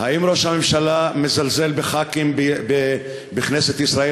האם ראש הממשלה מזלזל בח"כים בכנסת ישראל,